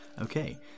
Okay